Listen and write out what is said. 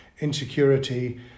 insecurity